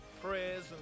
prayers